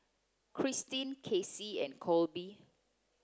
Christeen Cassie and Colby